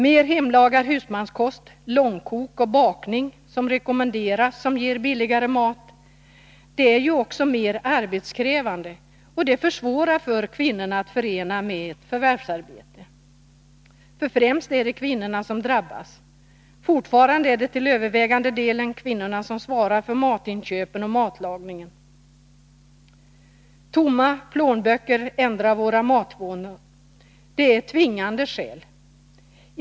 Mer hemlagad husmanskost, långkok och bakning, som rekommenderas som sätt att ge billigare mat, är också mer arbetskrävande och försvårar för kvinnorna att sköta ett förvärvsarbete. För främst är det kvinnorna som drabbas; fortfarande är det till övervägande delen kvinnorna som svarar för matinköpen och matlagningen. Tomma plånböcker ändrar med tvingande nödvändighet våra matvanor.